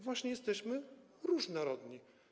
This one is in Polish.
Właśnie jesteśmy różnorodni.